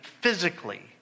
physically